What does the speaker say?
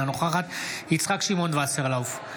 אינה נוכחת יצחק שמעון וסרלאוף,